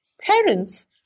parents